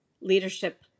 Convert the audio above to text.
leadership